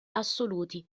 assoluti